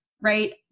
right